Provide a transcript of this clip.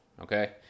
okay